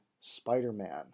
Spider-Man